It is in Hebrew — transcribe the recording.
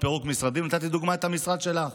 נתתי דוגמה את המשרד שלך.